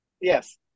yes